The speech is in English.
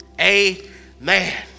Amen